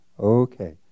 Okay